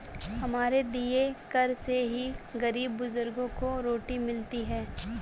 हमारे दिए कर से ही गरीब बुजुर्गों को रोटी मिलती है